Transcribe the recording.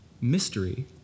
mystery